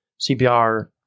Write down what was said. cpr